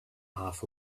half